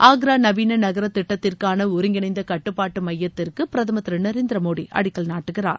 ஆன்ரா நவீன நகர திட்டத்திற்கான ஒருங்கிணைந்த கட்டுப்பாட்டு மையத்திற்கு பிரதமர் திரு நரேந்திர மோடி அடிக்கல் நாட்டுகிறார்